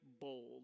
bold